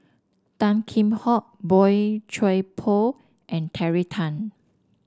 Tan Kheam Hock Boey Chuan Poh and Terry Tan